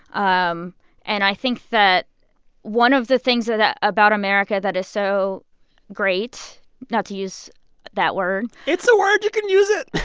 um and i think that one of the things ah about america that is so great not to use that word. it's a word. you can use it.